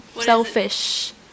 Selfish